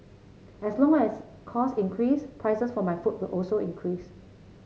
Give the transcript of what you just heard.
as long as costs increase prices for my food will also increase